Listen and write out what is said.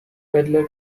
peddler